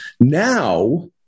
Now